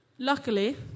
luckily